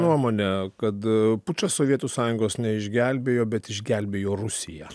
nuomonę kad pučas sovietų sąjungos neišgelbėjo bet išgelbėjo rusiją